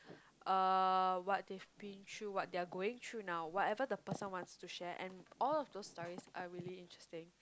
uh what they've been through what they are going through now whatever the person wants to share and all of those stories are really interesting